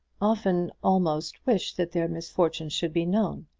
often almost wish that their misfortune should be known.